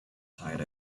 tied